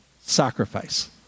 sacrifice